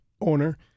owner